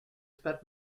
spent